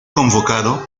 convocado